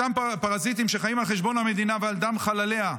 אותם פרזיטים שחיים על חשבון המדינה ועל דם חלליה,